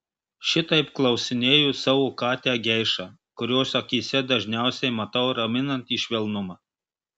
šitaip klausinėju savo katę geišą kurios akyse dažniausiai matau raminantį švelnumą